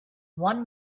one